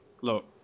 look